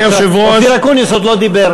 עכשיו, אופיר אקוניס עוד לא דיבר.